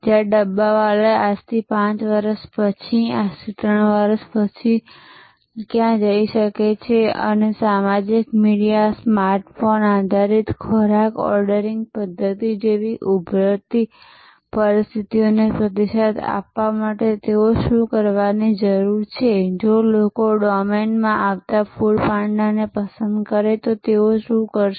જ્યાં ડબ્બાવાલાઓ આજથી 5 વર્ષ પછી આજથી 3 વર્ષ પછી જઈ શકે છે અને સામાજિક મીડિયા સ્માર્ટફોન આધારિત ખોરાક ઓર્ડરિંગ પધ્ધતિ જેવી ઉભરતી પરિસ્થિતિઓને પ્રતિસાદ આપવા માટે તેઓએ શું કરવાની જરૂર છે જો લોકો ડોમેનમાં આવતા ફૂડ પાંડાને પસંદ કરે તો તેઓ શું કરશે